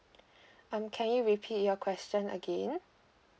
um can you repeat your question again